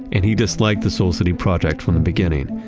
and he disliked the soul city project from the beginning.